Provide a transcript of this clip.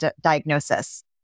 diagnosis